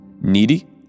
needy